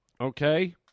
okay